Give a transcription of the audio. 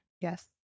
Yes